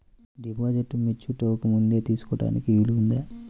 డిపాజిట్ను మెచ్యూరిటీ అవ్వకముందే తీసుకోటానికి వీలుందా?